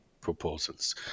proposals